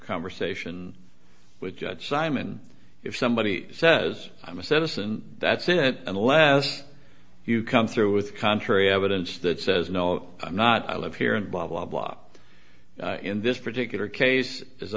conversation with judge simon if somebody says i'm a citizen that's it unless you come through with contrary evidence that says no i'm not i live here and blah blah blah in this particular case as